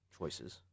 choices